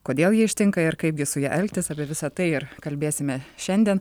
kodėl ji ištinka ir kaipgi su ja elgtis apie visa tai ir kalbėsime šiandien